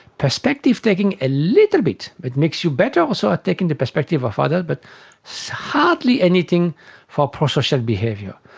perspective taking, a little bit. it makes you better ah so at taking the perspective of others but so hardly anything for prosocial behaviour.